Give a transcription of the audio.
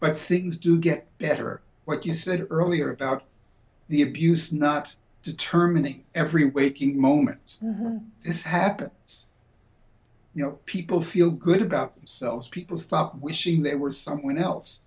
but things do get better what you said earlier about the abuse not determining every waking moment it's happened it's you know people feel good about themselves people stop wishing they were someone else